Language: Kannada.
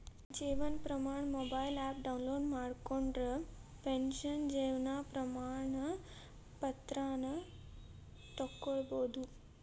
Jeevan Pramaan mobile app download ಮಾಡ್ಕೊಂಡ್ರ ಪೆನ್ಷನ್ ಜೇವನ್ ಪ್ರಮಾಣ ಪತ್ರಾನ ತೊಕ್ಕೊಬೋದು